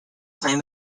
claim